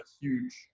huge